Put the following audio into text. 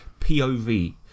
POV